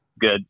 good